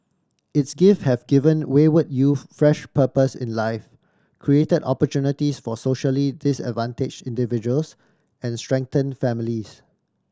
its gift have given wayward youth fresh purpose in life create opportunities for socially disadvantage individuals and strengthen families